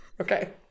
Okay